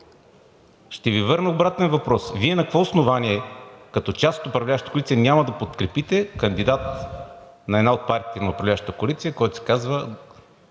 Ще Ви върна обратния въпрос. Вие на какво основание като част от управляващата коалиция няма да подкрепите кандидат на една от партиите на управляващата коалиция, който се казва